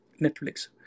Netflix